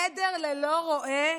עדר ללא רועה